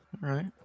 right